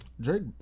Drake